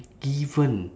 given